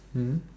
mm